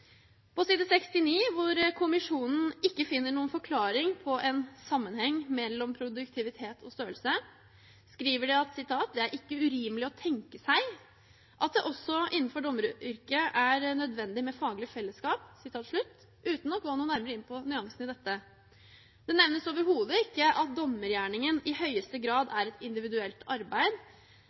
På side 70, hvor kommisjonen ikke finner noen forklaring på en sammenheng mellom produktivitet og størrelse, skriver de at det er «ikke urimelig å tenke seg at det også innenfor dommerutøvelse er nødvendig med et faglig fellesskap», uten at man går noe nærmere inn på nyansen i dette. Det nevnes overhodet ikke at dommergjerningen i høyeste grad er et individuelt arbeid,